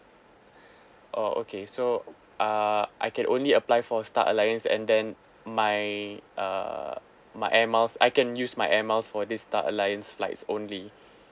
oh okay so uh I can only apply for star alliance and then my uh my air miles I can use my air miles for this star alliance flights only